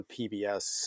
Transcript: pbs